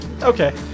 Okay